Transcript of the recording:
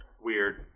weird